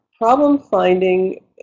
Problem-finding